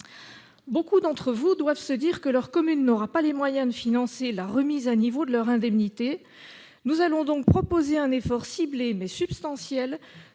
Beaucoup d'entre vous doivent se dire que leur commune n'aura pas les moyens de financer cette remise à niveau de leur indemnité. Nous allons donc proposer un effort ciblé, mais substantiel,